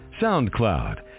SoundCloud